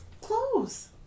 clothes